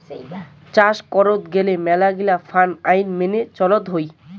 চাস করত গেলে মেলাগিলা ফার্ম আইন মেনে চলত হই